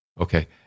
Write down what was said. Okay